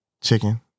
chicken